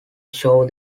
show